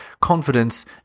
confidence